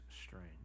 strange